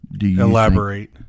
Elaborate